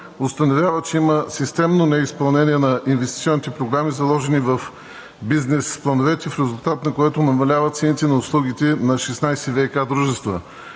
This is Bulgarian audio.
установява, че има системно неизпълнение на инвестиционните програми, заложени в бизнес плановете, в резултат на което намалява цените на услугите на 16 ВиК дружества,